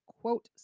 quote